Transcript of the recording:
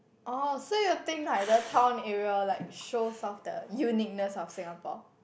oh so you think like the town area like shows off the uniqueness of Singapore